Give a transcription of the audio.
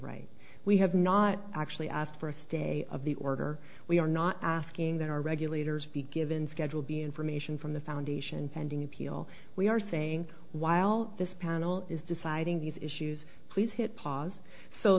right we have not actually asked for a stay of the order we are not asking that our regulators be given schedule the information from the foundation pending appeal we are saying while this panel is deciding these issues please hit pause so